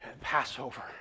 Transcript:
Passover